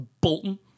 Bolton